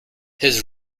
his